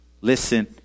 listen